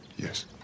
Yes